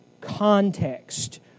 context